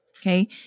Okay